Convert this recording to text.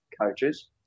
coaches